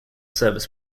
service